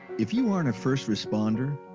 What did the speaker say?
if you aren't a first responder,